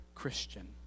Christian